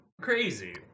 Crazy